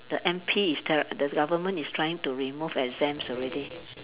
the M_P is the the government is trying to remove exams already